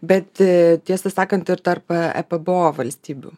bet tiesą sakant ir tarp ebpo valstybių